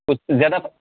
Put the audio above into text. اس سے زیادہ